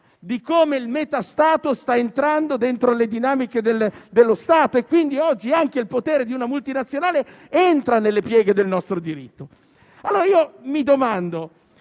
di come il meta Stato stia entrando nelle dinamiche dello Stato e quindi oggi anche il potere di una multinazionale entra nelle pieghe del nostro diritto. Se un pezzo di